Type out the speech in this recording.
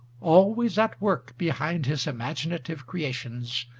always at work behind his imaginative creations,